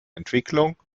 entwicklung